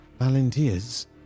volunteers